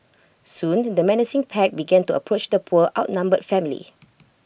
soon the menacing pack began to approach the poor outnumbered family